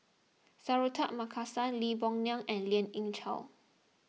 Suratman Markasan Lee Boon Ngan and Lien Ying Chow